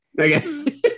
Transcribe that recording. Okay